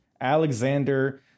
Alexander